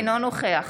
אינו נוכח